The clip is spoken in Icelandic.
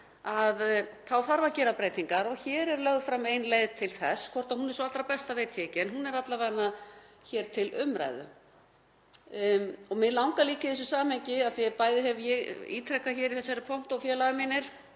þarf að gera breytingar og hér er lögð fram ein leið til þess. Hvort hún er sú allra besta veit ég ekki, en hún er alla vega hér til umræðu. Mig langar líka í þessu samhengi — af því að bæði hef ég ítrekað hér í þessari pontu og félagar mínir